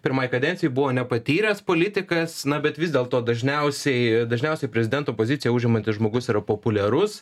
pirmai kadencijai buvo nepatyręs politikas na bet vis dėlto dažniausiai dažniausiai prezidento poziciją užimantis žmogus yra populiarus